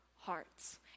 hearts